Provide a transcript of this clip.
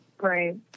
right